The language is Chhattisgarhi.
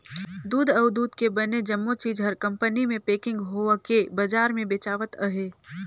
दूद अउ दूद ले बने जम्मो चीज हर कंपनी मे पेकिग होवके बजार मे बेचावत अहे